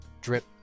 Drip